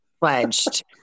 pledged